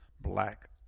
Black